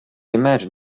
imagine